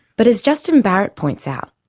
but as justin barrett points out,